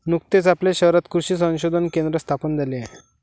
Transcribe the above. नुकतेच आपल्या शहरात कृषी संशोधन केंद्र स्थापन झाले आहे